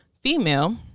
female